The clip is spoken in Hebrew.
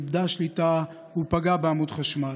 איבדה שליטה ופגעה בעמוד חשמל.